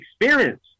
experience